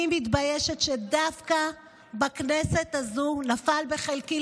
אני מתביישת שדווקא בכנסת הזאת נפל בחלקי